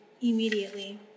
immediately